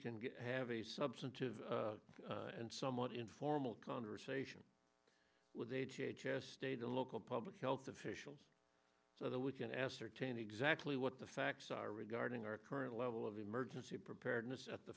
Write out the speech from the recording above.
can have a substantive and somewhat informal conversation with h h s state and local public health officials so that we can ascertain exactly what the facts are regarding our current level of emergency preparedness at the